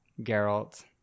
Geralt